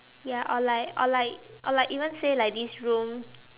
ya or like or like or like even say like this room